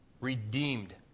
redeemed